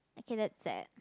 okay that's sad